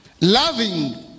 loving